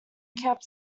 kept